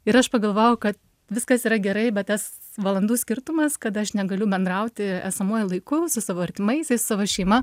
ir aš pagalvojau kad viskas yra gerai bet tas valandų skirtumas kad aš negaliu bendrauti esamuoju laiku su savo artimaisiais su savo šeima